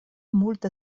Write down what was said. multe